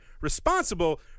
responsible